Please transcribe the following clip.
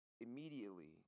immediately